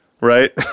right